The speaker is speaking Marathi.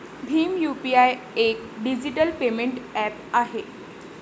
भीम यू.पी.आय एक डिजिटल पेमेंट ऍप आहे